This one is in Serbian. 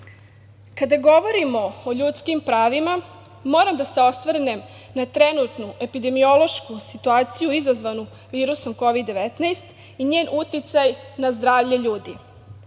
govorimo o ljudskim pravima, moram da se osvrnem na trenutnu epidemiološku situaciju izazvanu virusom Kovid-19 i njen uticaj na zdravlje ljudi.